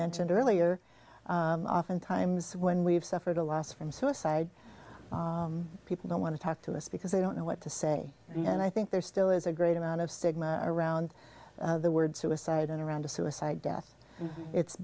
mentioned earlier often times when we've suffered a loss from suicide people don't want to talk to us because they don't know what to say and i think there still is a great amount of stigma around the word suicide and around the suicide death it's